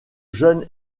jeunes